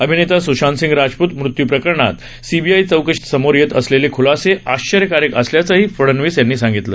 अभिनेता स्शांतसिंह राजप्त मृत्यू प्रकरणात सीबीआय चौकशीनंतर समोर येत असलेले ख्लासे आश्चर्यकारक असल्याचं फडनवीस म्हणाले